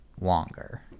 longer